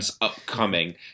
upcoming